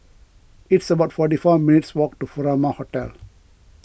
it's about forty four minutes' walk to Furama Hotel